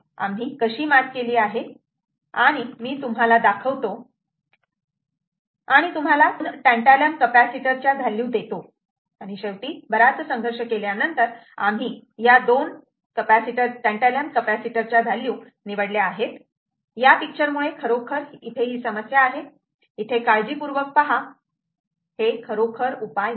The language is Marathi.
आम्ही मात केली आहे आणि मी तुम्हाला दाखवतो आणि तुम्हाला त्या दोन टँटॅलम कपॅसिटर च्या व्हॅल्यू देतो आणि शेवटी बराच संघर्ष केल्यानंतर आम्ही या दोन टँटॅलम कपॅसिटर च्या व्हॅल्यू निवडल्या आहेत या पिक्चर मुळे खरोखर ही समस्या आहे इथे काळजीपूर्वक पहा हे खरोखर उपाय नाही